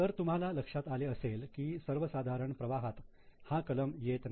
तर तुम्हाला लक्षात आले असेल की सर्वसाधारण प्रवाहात हा कलम येत नाही